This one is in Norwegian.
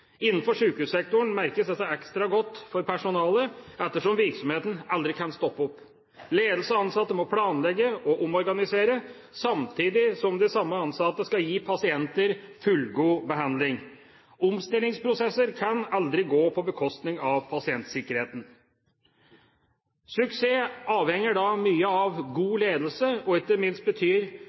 Innenfor sykehussektoren merkes dette ekstra godt hos personalet, ettersom virksomheten aldri kan stoppe opp. Ledelse og ansatte må planlegge og omorganisere, samtidig som de samme ansatte skal gi pasienter fullgod behandling. Omstillingsprosesser kan aldri gå på bekostning av pasientsikkerheten. Suksess avhenger da mye av god ledelse, som ikke minst betyr